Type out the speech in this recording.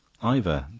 ivor.